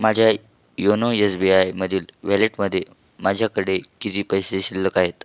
माझ्या YONO S B I मधील वॅलेटमध्ये माझ्याकडे किती पैसे शिल्लक आहेत